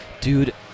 Dude